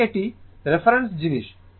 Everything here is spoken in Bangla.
সুতরাং এটি রেফারেন্স জিনিস